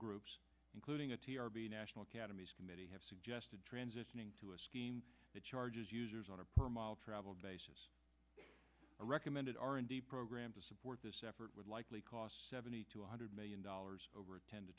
groups including a national academies committee have suggested transitioning to a scheme that charges users on a per mile traveled basis and recommended r and d program to support this effort would likely cost seventy two hundred million dollars over a ten to